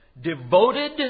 devoted